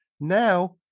Now